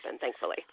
thankfully